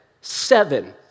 seven